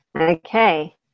okay